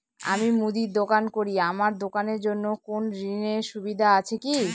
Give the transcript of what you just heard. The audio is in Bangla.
আমি মুদির দোকান করি আমার দোকানের জন্য কোন ঋণের সুযোগ আছে কি?